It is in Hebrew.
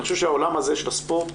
אני חושב שהעולם הזה של הספורט,